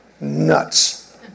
Nuts